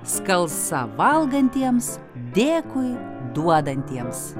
skalsa valgantiems dėkui duodantiems